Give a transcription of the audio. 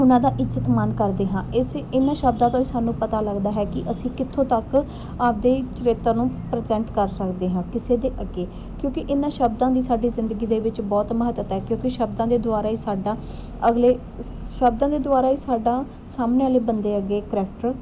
ਉਹਨਾਂ ਦਾ ਇੱਜ਼ਤ ਮਾਣ ਕਰਦੇ ਹਾਂ ਇਸ ਇਹਨਾਂ ਸ਼ਬਦਾਂ ਤੋਂ ਹੀ ਸਾਨੂੰ ਪਤਾ ਲੱਗਦਾ ਹੈ ਕਿ ਅਸੀਂ ਕਿੱਥੋਂ ਤੱਕ ਆਪਣੇ ਚਰਿੱਤਰ ਨੂੰ ਪ੍ਰਜੈਂਟ ਕਰ ਸਕਦੇ ਹਾਂ ਕਿਸੇ ਦੇ ਅੱਗੇ ਕਿਉਂਕਿ ਇਹਨਾਂ ਸ਼ਬਦਾਂ ਦੀ ਸਾਡੀ ਜ਼ਿੰਦਗੀ ਦੇ ਵਿੱਚ ਬਹੁਤ ਮਹੱਤਤਾ ਕਿਉਂਕਿ ਸ਼ਬਦਾਂ ਦੇ ਦੁਆਰਾ ਹੀ ਸਾਡਾ ਅਗਲੇ ਸ਼ਬਦਾਂ ਦੇ ਦੁਆਰਾ ਹੀ ਸਾਡਾ ਸਾਹਮਣੇ ਵਾਲੇ ਬੰਦੇ ਅੱਗੇ ਕਰੈਕਟਰ